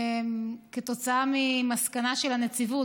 כתוצאה ממסקנה של הנציבות,